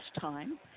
time